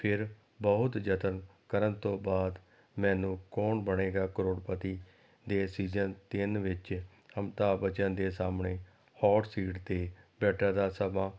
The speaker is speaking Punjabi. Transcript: ਫਿਰ ਬਹੁਤ ਯਤਨ ਕਰਨ ਤੋਂ ਬਾਅਦ ਮੈਨੂੰ ਕੌਣ ਬਣੇਗਾ ਕਰੋੜਪਤੀ ਦੇ ਸੀਜ਼ਨ ਤਿੰਨ ਵਿੱਚ ਅਮਿਤਾਬ ਬੱਚਨ ਦੇ ਸਾਹਮਣੇ ਹੋਟ ਸੀਟ 'ਤੇ ਬੈਠਣ ਦਾ ਸਮਾਂ